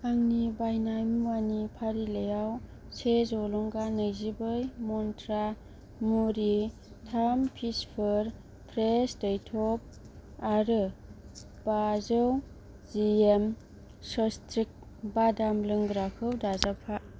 आंनि बायनाय मुवानि फारिलाइयाव से जलंगा नैजिब्रै मन्त्रा मुरि थाम पिसफोर फ्रेश' दैथब आरो बाजौ जिएम स्वस्तिक्स बादाम लोंग्राखौ दाजाबफा